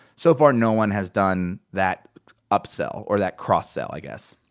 so far no one has done that upsell, or that cross-sell i guess.